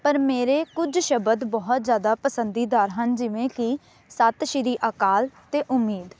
ਪਰ ਮੇਰੇ ਕੁਝ ਸ਼ਬਦ ਬਹੁਤ ਜ਼ਿਆਦਾ ਪਸੰਦੀਦਾਰ ਹਨ ਜਿਵੇਂ ਕਿ ਸਤਿ ਸ਼੍ਰੀ ਅਕਾਲ ਅਤੇ ਉਮੀਦ